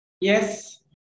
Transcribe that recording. Yes